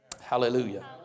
Hallelujah